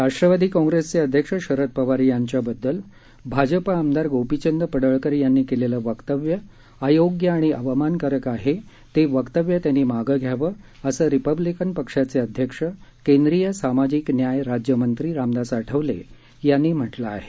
राष्ट्रवादी काँग्रेसचे अध्यक्ष शरद पवार यांच्याबददल भाजपा आमदार गोपीचंद पडळकर यांनी केलेलं वक्तव्य अयोग्य आणि अवमानकारक आहे ते वक्तव्य त्यांनी मागं घ्यावं असं रिपब्लिकन पक्षाचे अध्यक्ष केंद्रीय सामाजिक न्याय राज्यमंत्री रामदास आठवले यांनी म्हटलं आहे